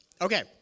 Okay